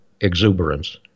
exuberance